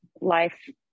life